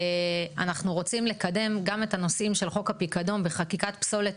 אנחנו רוצים לקדם גם את הנושאים של חוק הפקדון בחקיקת פסולת.